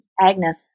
Agnes